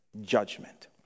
Judgment